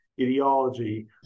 ideology